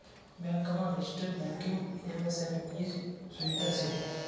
बँकमा digital banking MSME सुविधा शे